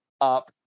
up